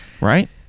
Right